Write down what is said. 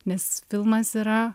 nes filmas yra